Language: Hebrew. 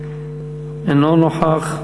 אינו נוכח.